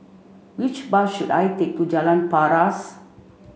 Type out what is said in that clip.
which bus should I take to Jalan Paras